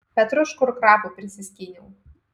petruškų ir krapų prisiskyniau